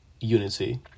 unity